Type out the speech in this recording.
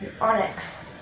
Onyx